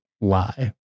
lie